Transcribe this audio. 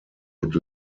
would